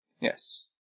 Yes